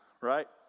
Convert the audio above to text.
right